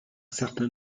certain